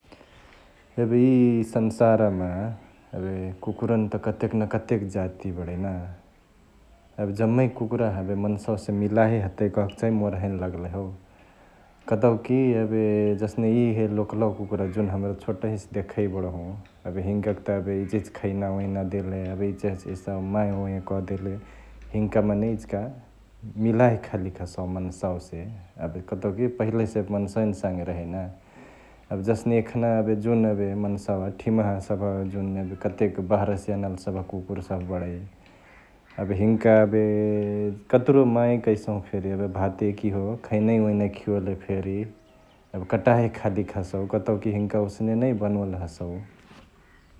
एबे इ संसारमा एबे कुकुरानी कतेक न कतेक जाती बडैना । एबे जम्मई कुकुराह मन्सवासे मिलाहे हतै कहके मोर हैने लग्लही हौ कतौकी एबे जसने इहे लोकलावा कुकुरा जुन हमरा छोटहिसे देखई बडहु एबे हिन्का त एबे इचहिच खैनावैना देले त एबे इचहिच एसो मायावाया देले त हिन्का मने यिचका मिलाहे खालीक हसौ मन्सवासे एबे कतौकी पहिल्यईसे एबे मन्सवक सङे रहई ना । एबे जसने एखना जुन एबे मन्सवा ठिमहसभ जुन एबे कतेक बहरसे यानल सभ कुकुरासभ बडै, एबे हिन्का एबे कतुरो माया करसहु फेरी, एबे भाते किहो खैनावैना खिओले फेरी एबे कटाहे खालीक हसउ कतउ कि हिन्का ओसने नई बनोले हसउ ।